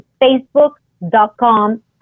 facebook.com